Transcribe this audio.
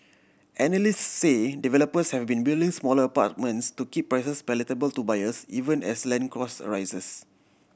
analysts say developers have been building smaller apartments to keep prices palatable to buyers even as land costs a rise